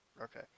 okay